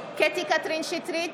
קטי קטרין שטרית,